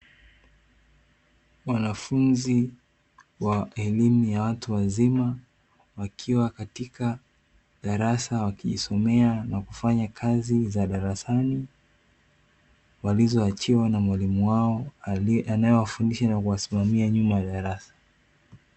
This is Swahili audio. Wanafunzi wa elimu ya watu wazima wakiwa katika darasa wakijisomea na kufanya kazi za darasani walizoachiwa na mwalimu wao anayewafundisha na kuwasimamia nyuma ya darasa.